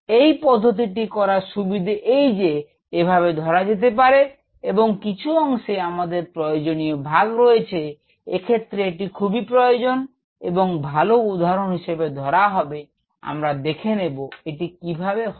এই পদ্ধতিটি করার সুবিধে এই যে এভাবে ধরা যেতে পারে এবং কিছু অংশে আমাদের প্রয়োজনীয় ভাগ রয়েছে এ ক্ষেত্রে এটি খুবই প্রয়োজন এবং ভালো উদাহরণ হিসেবে ধরা হবে আমরা দেখে নেব এটি কিভাবে হবে